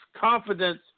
confidence